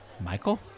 Michael